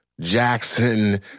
Jackson